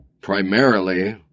primarily